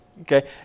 Okay